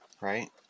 Right